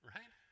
Right